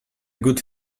good